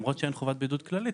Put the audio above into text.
למרות שאין חובת בידוד כללית,